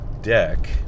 deck